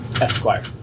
Esquire